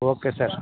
okay sir